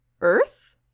Earth